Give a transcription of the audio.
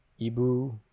ibu